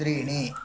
त्रीणि